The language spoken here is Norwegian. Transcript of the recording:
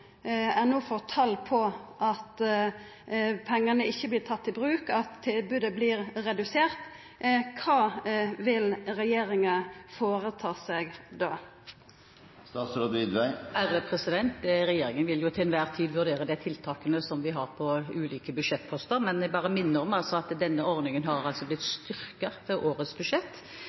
får tal som viser at pengane ikkje vert tatt i bruk, at tilbodet vert redusert, kva vil regjeringa gjera då? Regjeringen vil til enhver tid vurdere de tiltakene som vi har på ulike budsjettposter, men jeg vil minne om at denne ordningen har blitt